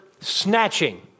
snatching